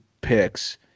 picks